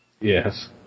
Yes